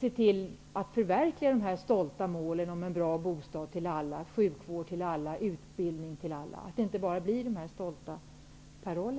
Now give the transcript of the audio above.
se till att de stolta målen en god bostad åt alla, utbildning till alla, sjukvård till alla förverkligas, så att det inte bara blir stolta paroller.